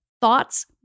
Thoughts